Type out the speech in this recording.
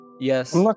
Yes